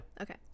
Okay